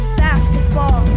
basketball